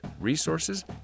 resources